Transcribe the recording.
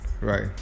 right